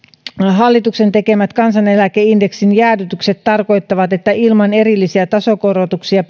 hallituksen tekemät kansaneläkeindeksin jäädytykset tarkoittavat että ilman erillisiä tasokorotuksia